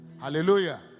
hallelujah